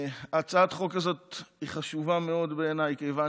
הצעת החוק הזאת היא חשובה מאוד בעיניי כיוון